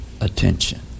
attention